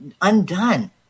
undone